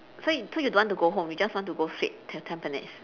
so so you don't want to go home you just want to go straight to tampines